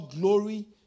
glory